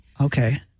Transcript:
Okay